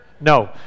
No